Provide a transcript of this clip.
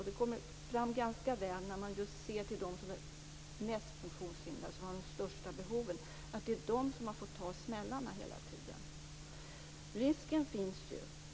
Det kommer fram ganska väl när man just ser till dem som är mest funktionshindrade, som har de största behoven. De har fått ta smällarna hela tiden.